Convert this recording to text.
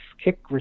kick